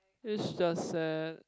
is just sad